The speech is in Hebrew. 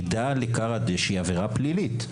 שהירידה לכר הדשא היא עבירה פלילית.